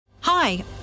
Hi